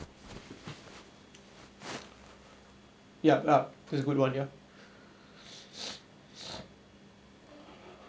ya ya that's a good one ya